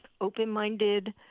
open-minded